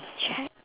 check